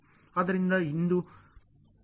ಆದ್ದರಿಂದ ಇದು ಈಗ 12 ನಂತರ X 0